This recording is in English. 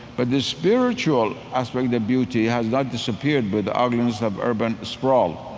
but the spiritual aspect of beauty has not disappeared with the ugliness of urban sprawl.